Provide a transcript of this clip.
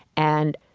and